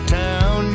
town